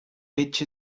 pitch